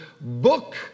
book